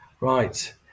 Right